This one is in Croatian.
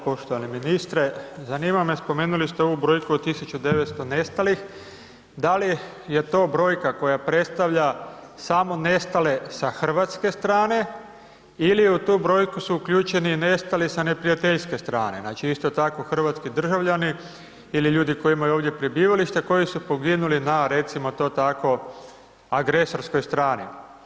Poštovani ministre, zanima me, spomenuli ste ovu brojku od 1900 nestalih, da li je to brojka koja predstavlja samo nestale sa hrvatske strane ili u tu brojku su uključeni i nestali sa neprijateljske strane, znači isto tako hrvatski državljani ili ljudi koji imaju ovdje prebivalište a koji su poginuli na recimo to tako, agresorskoj strani?